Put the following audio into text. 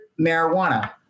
marijuana